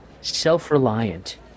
self-reliant